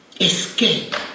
Escape